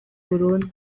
burundu